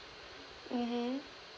mmhmm